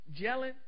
Gelling